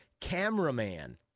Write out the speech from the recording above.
cameraman